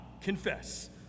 confess